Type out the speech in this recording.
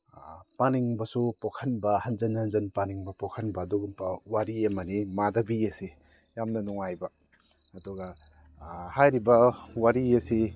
ꯄꯥꯅꯤꯡꯕꯁꯨ ꯄꯣꯛꯍꯟꯕ ꯍꯟꯖꯟ ꯍꯟꯖꯟ ꯄꯥꯅꯤꯡꯕ ꯄꯣꯛꯍꯟꯕ ꯑꯗꯨꯒꯨꯝꯕ ꯋꯥꯔꯤ ꯑꯃꯅꯤ ꯃꯥꯙꯕꯤ ꯑꯁꯤ ꯌꯥꯝꯅ ꯅꯨꯡꯉꯥꯏꯕ ꯑꯗꯨꯒ ꯍꯥꯏꯔꯤꯕ ꯋꯥꯔꯤ ꯑꯁꯤ